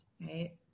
right